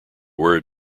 word